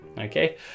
okay